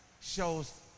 shows